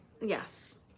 Yes